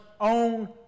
own